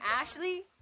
Ashley